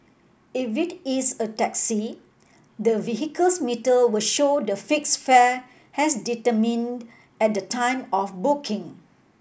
if it is a taxi the vehicle's meter will show the fixed fare as determined at the time of booking